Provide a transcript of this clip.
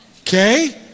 Okay